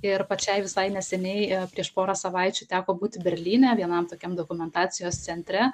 ir pačiai visai neseniai prieš porą savaičių teko būti berlyne vienam tokiam dokumentacijos centre